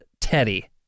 Teddy